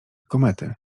komety